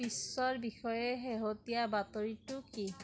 বিশ্বৰ বিষয়ে শেহতীয়া বাতৰিটো কি